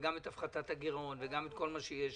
וגם את הפחתת הגירעון וגם את כל מה שיש שם,